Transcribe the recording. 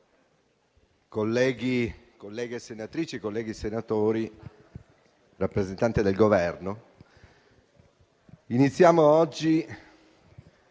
Presidente, colleghe senatrici e colleghi senatori, rappresentante del Governo, iniziamo oggi